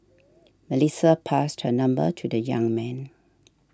Melissa passed her number to the young man